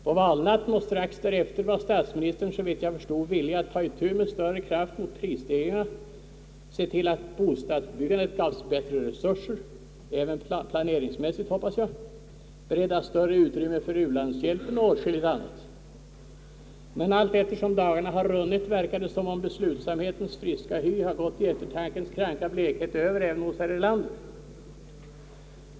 På valnatten och strax därefter var statsministern, såvitt jag förstod, villig att ta itu med större kraft mot prisstegringarna, se till att bostadsbyggandet gavs bättre resurser även planeringsmässigt, hoppas jag — bereda större utrymme för u-landshjälpen och åtskilligt annat, men allteftersom dagarna runnit undan verkar det som om beslutsamhetens friska hy gått i eftertankens kranka blekhet över även hos herr Erlander.